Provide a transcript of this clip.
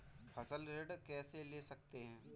फसल ऋण कैसे ले सकते हैं?